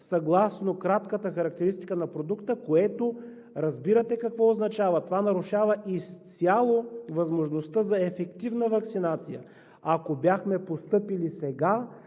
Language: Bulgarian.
съгласно кратката характеристика на продукта, което разбирате какво означава – нарушава изцяло възможността за ефективна ваксинация. Ако бяхме постъпили така,